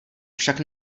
však